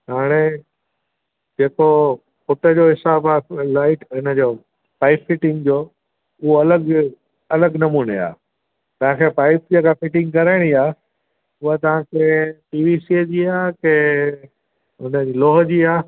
हाणे जेको फुट जो हिसाब आहे लाइट इन जो पाइप फिटिंग जो उहो अलॻि अलॻि नमूने आहे तव्हांखे पाइप जी अगरि फिटिंग कराइणी आहे उहा तव्हांखे पी वी सी एल जी आहे के उन जी लोह जी आहे